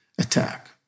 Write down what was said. attack